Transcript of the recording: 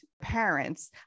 parents